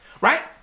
right